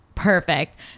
perfect